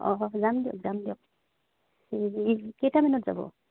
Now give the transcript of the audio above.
অঁ যাম দিয়ক যাম দিয়ক কেইটামানত যাব